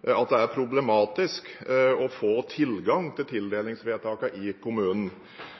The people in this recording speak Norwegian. at det er problematisk å få tilgang til